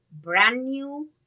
brand-new